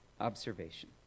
observation